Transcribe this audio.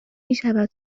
میشود